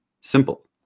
simple